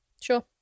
Sure